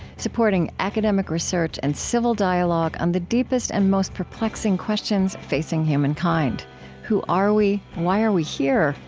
supporting academic research and civil dialogue on the deepest and most perplexing questions facing humankind who are we? why are we here?